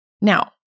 Now